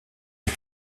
est